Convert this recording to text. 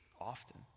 often